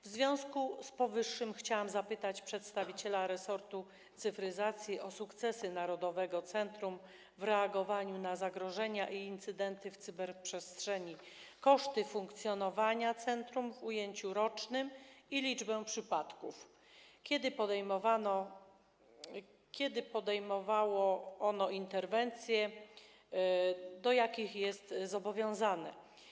W związku z powyższym chciałabym zapytać przedstawiciela resortu cyfryzacji o sukcesy narodowego centrum w reagowaniu na zagrożenia i incydenty w cyberprzestrzeni, koszty funkcjonowania centrum w ujęciu rocznym i liczbę przypadków, kiedy podejmowało ono interwencje, do jakich jest zobowiązane.